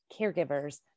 caregivers